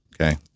Okay